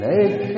Make